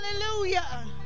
hallelujah